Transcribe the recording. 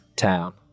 town